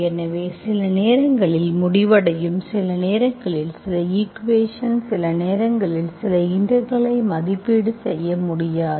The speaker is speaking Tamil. எனவே சில நேரங்களில் முடிவடையும் சில நேரங்களில் சில ஈக்குவேஷன் சில நேரங்களில் சில இன்டெகிரெல்களை மதிப்பீடு செய்ய முடியாது